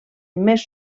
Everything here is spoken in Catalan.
més